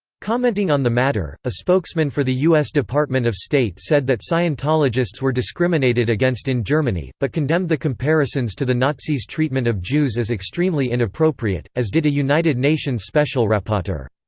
commenting on the matter, a spokesman for the u s. department of state said that scientologists were discriminated against in germany, but condemned the comparisons to the nazis' treatment of jews as extremely inappropriate, as did a united nations special rapporteur.